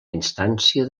instància